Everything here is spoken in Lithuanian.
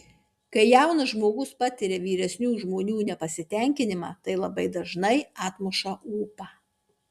kai jaunas žmogus patiria vyresnių žmonių nepasitenkinimą tai labai dažnai atmuša ūpą